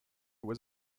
was